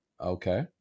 Okay